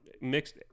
mixed